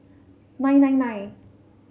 nine nine nine